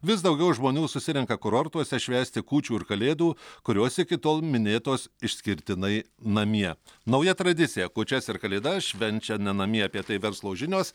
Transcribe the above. vis daugiau žmonių susirenka kurortuose švęsti kūčių ir kalėdų kurios iki tol minėtos išskirtinai namie nauja tradicija kūčias ir kalėdas švenčia ne namie apie tai verslo žinios